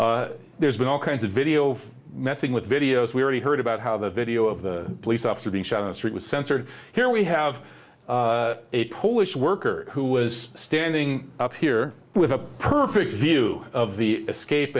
know there's been all kinds of video messing with videos we already heard about how the video of the police officer being shot in the street was censored here we have a polish worker who was standing up here with a perfect view of the escape